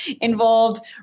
involved